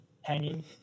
hanging